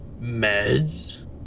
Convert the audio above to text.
Meds